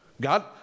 God